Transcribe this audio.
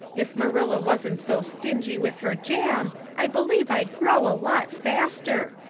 if marilla wasn't so stingy with her jam i believe i'd grow a lot faster.